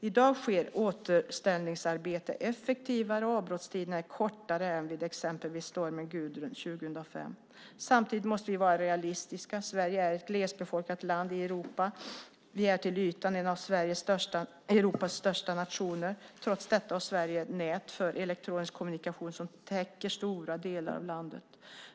I dag sker återställningsarbetet effektivare, och avbrottstiderna är kortare än vid exempelvis stormen Gudrun 2005. Samtidigt måste vi vara realistiska. Sverige är ett glesbefolkat land i Europa. Vi är till ytan en av Europas största nationer. Trots detta har Sverige nät för elektronisk kommunikation som täcker stora delar av landet.